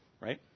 right